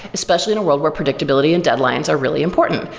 especially in a world where predictability and deadlines are really important.